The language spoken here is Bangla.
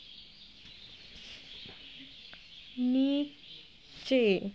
নিচে